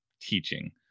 teaching